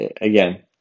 again